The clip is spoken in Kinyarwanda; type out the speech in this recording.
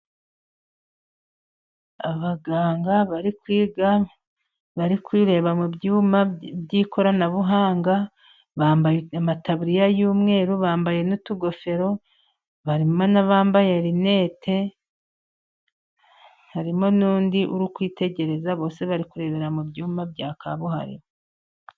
Abaganga bari kwiga, bari kwireba mu byuma by'ikoranabuhanga, bambaye amataburiya y'umweru, bambaye n'utugofero, barimo n'abambaye amadarubindi, harimo n'undi uri kwitegereza, bose bari kurebera mu byumba kabuhariwe.